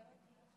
מה פרטי העסקה?